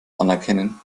anerkennen